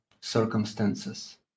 circumstances